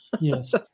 Yes